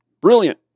Brilliant